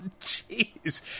jeez